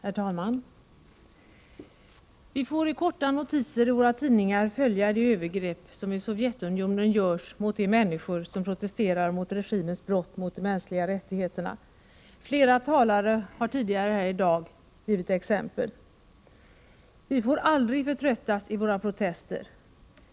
Herr talman! Vi får i korta notiser i våra tidningar följa de övergrepp som i Sovjetunionen görs mot de människor som protesterar mot regimens brott mot de mänskliga rättigheterna. Flera talare har tidigare här i dag givit exempel. Vi får aldrig förtröttas i våra protester.